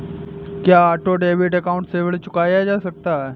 क्या auto debit account से ऋण चुकाया जा सकता है?